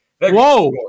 Whoa